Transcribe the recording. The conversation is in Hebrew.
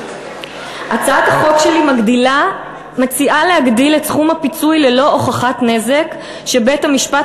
הצעת החוק שלי מציעה להגדיל את סכום הפיצוי ללא הוכחת נזק שבית-המשפט